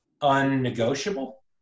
unnegotiable